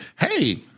Hey